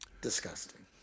Disgusting